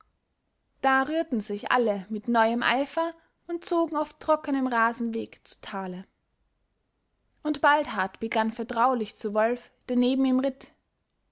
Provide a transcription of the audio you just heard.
da rührten sich alle mit neuem eifer und zogen auf trockenem rasenweg zu tale und baldhard begann vertraulich zu wolf der neben ihm ritt